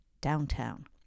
downtown